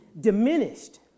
diminished